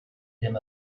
ddim